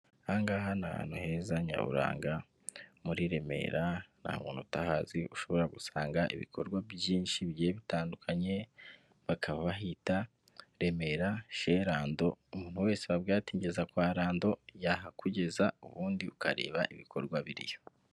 Ahangaha ni ahantu heza nyaburanga muri Remera nta muntu utahazi ushobora kuhasanga ibikorwa byinshi bigiye bitandukanye; bakabahita i Remera kwa Rando umuntu wese wabwira uti ngeza kwa Rando yahakugeza ubundi ukareba ibikorwa biriyo.